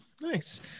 nice